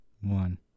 One